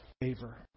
favor